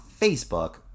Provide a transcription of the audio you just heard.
Facebook